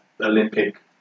Olympic